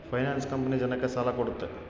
finance company ಜನಕ್ಕ ಸಾಲ ಕೊಡುತ್ತೆ